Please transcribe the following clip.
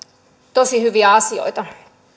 tosi hyviä asioita